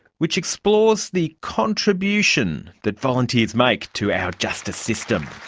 which explores the contribution that volunteers make to our justice system.